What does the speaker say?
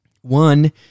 one